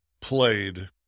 played